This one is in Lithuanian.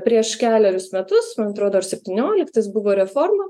prieš kelerius metus man atrodo ir septynioliktais buvo reforma